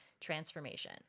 transformation